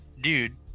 dude